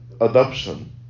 adoption